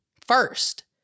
first